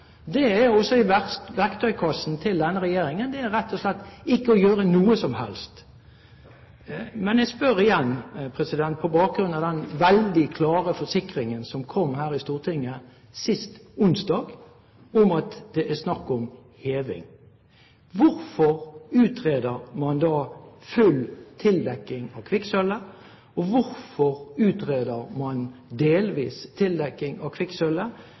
Det er også i verktøykassen til denne regjeringen, rett og slett ikke å gjøre noe som helst! Jeg spør igjen på bakgrunn av den veldig klare forsikringen som kom her i Stortinget sist onsdag om at det er snakk om heving: Hvorfor utreder man da full tildekking av kvikksølvet, og hvorfor utreder man delvis tildekking av kvikksølvet,